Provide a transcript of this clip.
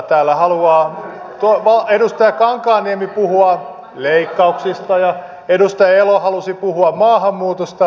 täällä haluaa edustaja kankaanniemi puhua leikkauksista ja edustaja elo halusi puhua maahanmuutosta